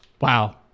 Wow